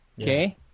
okay